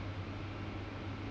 mm